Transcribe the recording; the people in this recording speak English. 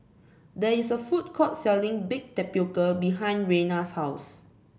there is a food court selling Baked Tapioca behind Reina's house